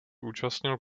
účastnil